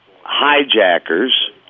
hijackers